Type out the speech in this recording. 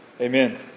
Amen